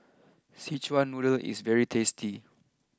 Szechuan Noodle is very tasty